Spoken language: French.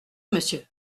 monsieur